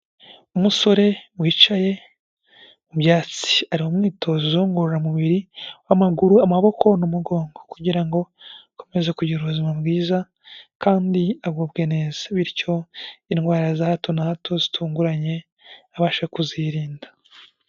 Umusore wicaye mu byatsi, ari mu umwitozo ngororamubiri w'amaguru, amaboko n' umugongo, kugira ngo akomeze kugira ubuzima bwiza kandi agubwe neza, bityo indwara za hato na hato zitunguranye abashe kuzirinda.